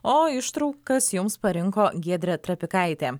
o ištraukas jums parinko giedrė trapikaitė